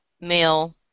male